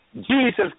Jesus